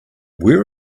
where